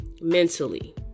mentally